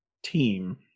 Team